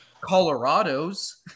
Colorado's